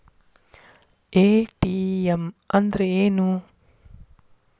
ATM ಅಂದ್ರ ಏನು?